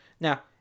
Now